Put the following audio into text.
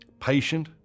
patient